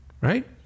Right